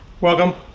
Welcome